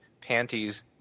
Panties